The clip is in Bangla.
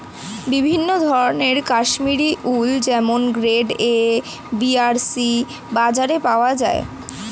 বিভিন্ন ধরনের কাশ্মীরি উল যেমন গ্রেড এ, বি আর সি বাজারে পাওয়া যায়